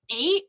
eight